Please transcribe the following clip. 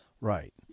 right